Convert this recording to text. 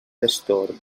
destorb